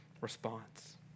response